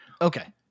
Okay